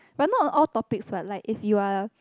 but not all topic but like if you are